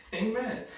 Amen